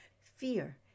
Fear